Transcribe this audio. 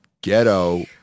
Ghetto